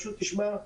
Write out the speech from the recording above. פשוט תשמע,